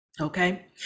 Okay